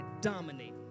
dominate